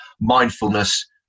Mindfulness